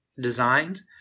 designs